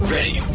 Ready